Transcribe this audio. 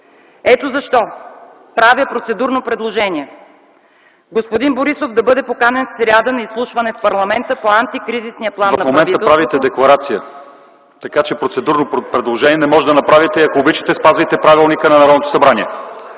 Ето защо правя процедурно предложение – господин Борисов да бъде поканен в сряда на изслушване в парламента по антикризисния план на правителството. ПРЕДСЕДАТЕЛ ЛЪЧЕЗАР ИВАНОВ: В момента правите декларация, така че процедурно предложение не може да направите. Ако обичате, спазвайте правилника на Народното събрание!